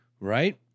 Right